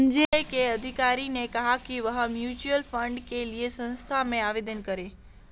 संजय के अधिकारी ने कहा कि वह म्यूच्यूअल फंड के लिए संस्था में आवेदन करें